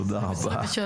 תודה רבה.